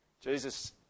Jesus